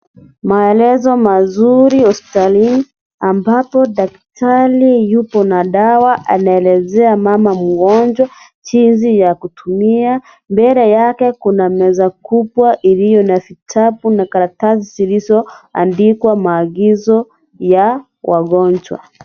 Maelezo mazuri hospitalini ambapo daktari yupo na dawa anaelezea mama mgonjwa jinsi ya kutumia, mbele yake kuna meza kubwa iliyo na vitabu na karatasi zilizoandikwa maagizo ya wagonjwa.